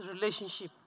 relationship